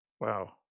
wow